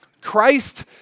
Christ